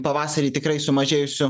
pavasarį tikrai sumažėjusių